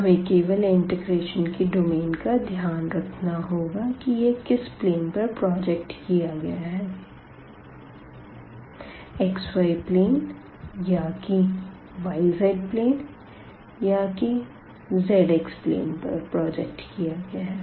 हमें केवल इंटीग्रेशन की डोमेन का ध्यान रखना होगा की यह किस प्लेन पर प्रोजेक्ट किया गया है xy प्लेन या की yz प्लेन या कि zx प्लेन पर प्रोजेक्ट किया गया है